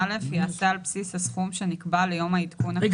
אני לא יודע אנחנו בטח עוד נגיע לזה איזה שיקולים הפעלתם